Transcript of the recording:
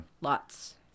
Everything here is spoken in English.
lots